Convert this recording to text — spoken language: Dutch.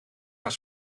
gaan